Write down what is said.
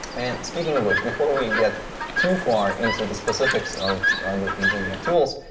and speaking of which, before we get too far into the specifics of the the tools,